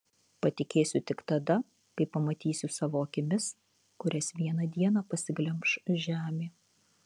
patikėsiu tik tada kai pamatysiu savo akimis kurias vieną dieną pasiglemš žemė